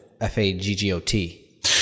F-A-G-G-O-T